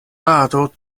rado